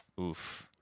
oof